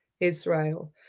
Israel